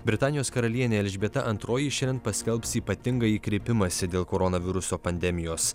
britanijos karalienė elžbieta antroji šiandien paskelbs ypatingąjį kreipimąsi dėl koronaviruso pandemijos